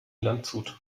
landshut